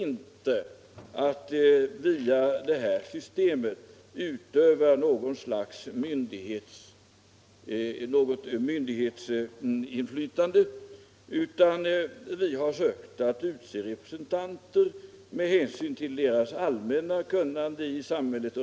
inte söker att via det här systemet utöva något slags myndighetsinflytande, utan vi har velat utse representanter från olika partier och med hänsynstagande till deras allmänna kunnande i samhället.